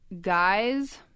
guys